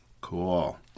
Cool